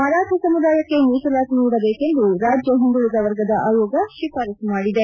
ಮರಾಠ ಸಮುದಾಯಕ್ಕೆ ಮೀಸಲಾತಿ ನೀಡಬೇಕೆಂದು ರಾಜ್ಯ ಹಿಂದುಳಿದ ವರ್ಗದ ಆಯೋಗ ಶಿಫಾರಸು ಮಾಡಿದೆ